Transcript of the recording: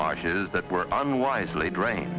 marshes that were unwisely drain